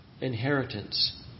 inheritance